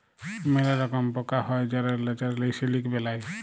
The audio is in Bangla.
ম্যালা রকম পকা হ্যয় যারা ল্যাচারেলি সিলিক বেলায়